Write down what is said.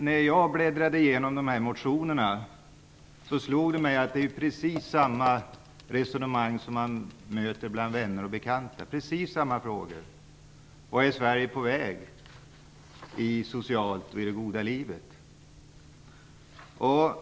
När jag bläddrade igenom de här motionerna slog det mig att det är precis samma resonemang som förs och precis samma fråga som diskuteras bland vänner och bekanta: Vart är Sverige på väg socialt och i det goda livet?